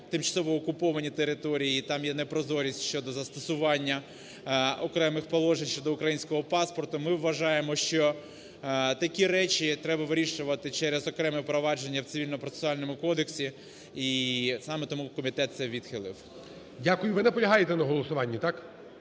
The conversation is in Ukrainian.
тимчасово окуповані території, там є непрозорість щодо застосування окремих положень щодо українського паспорту, ми вважаємо, що такі речі треба вирішувати через окреме провадження в Цивільно-процесуальному кодексі. І саме тому комітет це відхилив. ГОЛОВУЮЧИЙ. Дякую. Ви наполягаєте на голосуванні, так?